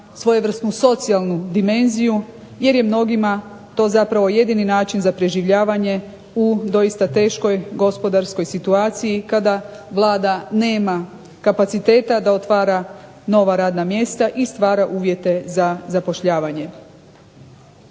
svojevrsnu socijalnu dimenziju jer je mnogima to zapravo jedini način za preživljavanje u doista teškoj gospodarskoj situaciji kada Vlada nema kapaciteta da otvara nova radna mjesta i stvara uvjete za zapošljavanje.